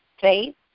faith